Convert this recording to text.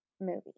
movie